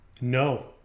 No